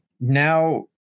Now